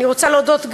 אני רוצה להודות,